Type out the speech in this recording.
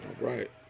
Right